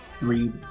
three